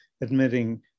admitting